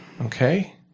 Okay